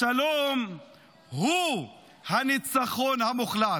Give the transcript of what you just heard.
השלום הוא הניצחון המוחלט.